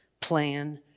plan